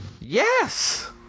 Yes